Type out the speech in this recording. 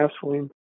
gasoline